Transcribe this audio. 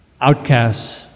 outcasts